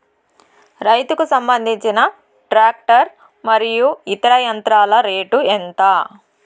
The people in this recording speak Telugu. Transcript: రైతుకు సంబంధించిన టాక్టర్ మరియు ఇతర యంత్రాల రేటు ఎంత?